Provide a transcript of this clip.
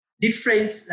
different